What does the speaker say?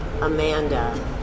Amanda